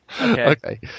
Okay